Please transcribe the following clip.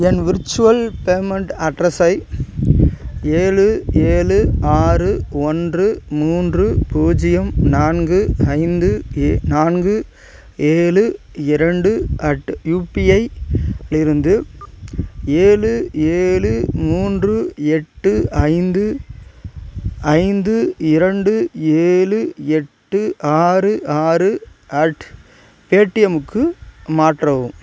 என் virtual payment அட்ரஸை ஏழு ஏழு ஆறு ஒன்று மூன்று பூஜ்ஜியம் நான்கு ஐந்து ஏ நான்கு ஏழு இரண்டு அட் யுபிஐலிருந்து ஏழு ஏழு மூன்று எட்டு ஐந்து ஐந்து இரண்டு ஏழு எட்டு ஆறு ஆறு அட் பேடிஎம்க்கு மாற்றவும்